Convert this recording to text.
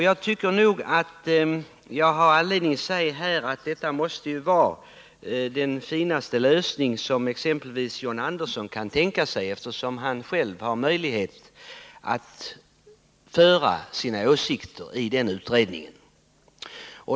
Jag tycker nog att jag har anledning säga att detta måste vara den finaste lösning som exempelvis John Andersson kan tänka sig, eftersom han själv har möjlighet att framföra sina åsikter i den utredningen.